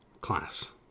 class